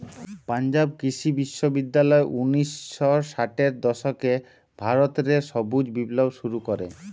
পাঞ্জাব কৃষি বিশ্ববিদ্যালয় উনিশ শ ষাটের দশকে ভারত রে সবুজ বিপ্লব শুরু করে